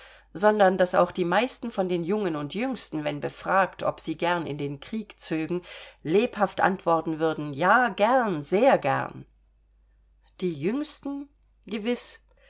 sondern daß auch die meisten von den jungen und jüngsten wenn befragt ob sie gern in den krieg zögen lebhaft antworten würden ja gern sehr gern die jüngsten gewiß